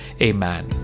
Amen